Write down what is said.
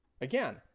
Again